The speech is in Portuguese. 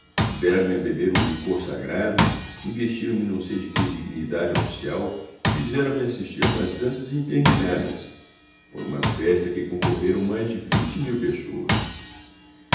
deram-me a beber um licor sagrado investiram me não sei de que dignidade oficial e fizeram-me assistir a umas danças intermináveis foi uma festa a que concorreram mais de vinte mil pessoas